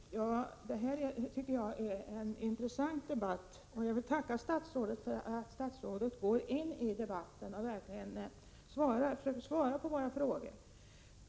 Herr talman! Det här tycker jag är en intressant debatt. Jag vill tacka statsrådet för att han går in i debatten och verkligen försöker svara på våra frågor.